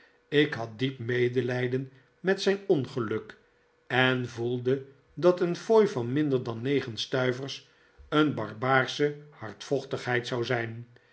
ik had diep medelijden met zijn ongeluk en voelde dat een fooi van minder dan negen stuivers een barbaarsche hardvochtigheid zou zijn